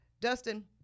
Dustin